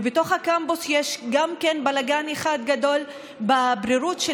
בתוך הקמפוס יש גם כן בלגן אחד גדול בבהירות של